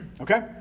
Okay